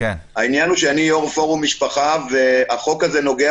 העניין הוא שאני יו"ר פורום משפחה והחוק הזה נוגע